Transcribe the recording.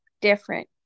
different